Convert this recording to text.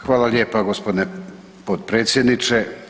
Hvala lijepa g. potpredsjedniče.